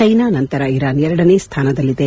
China ನಂತರ Iran ಎರಡನೇ ಸ್ಥಾನದಲ್ಲಿದೆ